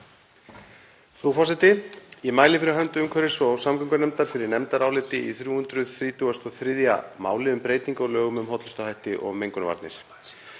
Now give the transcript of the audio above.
Frú forseti. Ég mæli fyrir hönd umhverfis- og samgöngunefndar fyrir nefndaráliti í 333. máli um breytingu á lögum um hollustuhætti og mengunarvarnir.